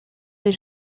des